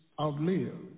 outlive